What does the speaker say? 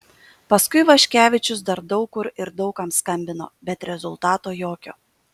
paskui vaškevičius dar daug kur ir daug kam skambino bet rezultato jokio